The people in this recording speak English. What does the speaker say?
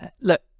look